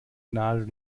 nadel